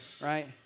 Right